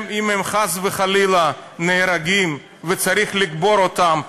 אם הם חס וחלילה נהרגים וצריך לקבור אותם,